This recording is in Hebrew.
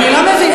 אני לא מבינה.